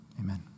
Amen